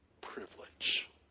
privilege